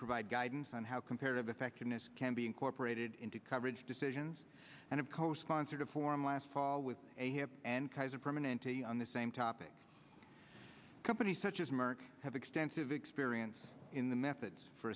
provide guidance on how comparative effectiveness can be incorporated into coverage decisions and of co sponsored reform last fall with a hip and kaiser permanente on the same topic company such as merck has extensive experience in the methods for